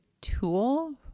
tool